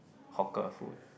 hawker food